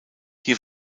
hier